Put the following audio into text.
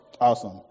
Awesome